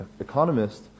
economist